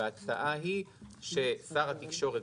וההצעה היא ששר התקשורת,